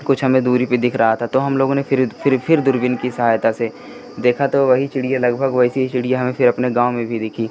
कुछ हमें दूरी पर दिख रहा था तो हमलोगों ने फिर फिर फिर दूरबीन की सहायता से देखा तो वही चिड़िया लगभग वैसी ही चिड़िया हमें फिर अपने गाँव में भी दिखी